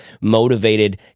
motivated